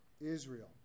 Israel